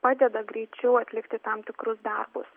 padeda greičiau atlikti tam tikrus darbus